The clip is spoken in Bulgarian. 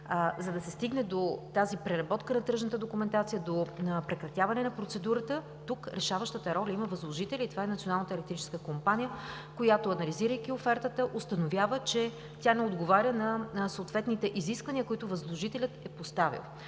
За да се стигне до преработка на тръжната документация, до прекратяване на процедурата, тук решаващата роля има възложителят, който е Националната електрическа компания, която, анализирайки офертата, установява, че не отговаря на съответните изисквания, които е поставил